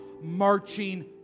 marching